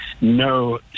no